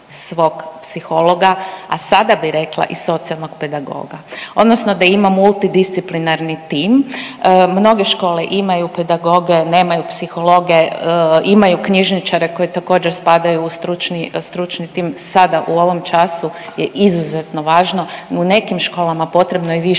svog psihologa, a sada bih rekla i socijalnog pedagoga odnosno da imamo multidisciplinarni tim. Mnoge škole imaju pedagoge, nemaju psihologe. Imaju knjižničare koji također spadaju u stručni tim. Sada u ovom času je izuzetno važno, u nekim školama potrebno je i više